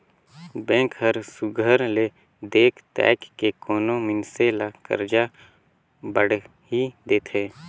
bank हर सुग्घर ले देख ताएक के कोनो मइनसे ल करजा बाड़ही देथे